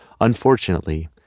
Unfortunately